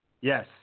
Yes